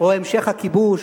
או המשך הכיבוש.